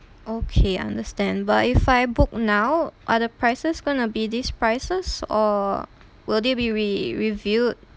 okay understand but if I book now are the prices gonna be this prices or will they be re~ reviewed